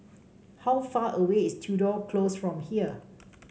how far away is Tudor Close from here